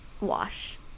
wash